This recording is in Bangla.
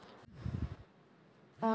অনলাইনে বিনিয়োগ করা যাবে কি?